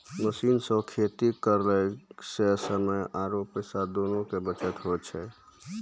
machine सॅ खेती करला स समय आरो पैसा दोनों के बचत होय छै